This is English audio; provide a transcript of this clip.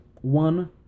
one